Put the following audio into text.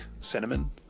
cinnamon